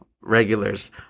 regulars